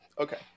Okay